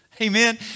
Amen